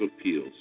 Appeals